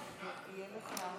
הודעת הממשלה